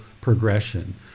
progression